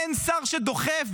אין שר שדוחף.